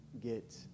get